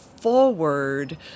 forward